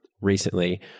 recently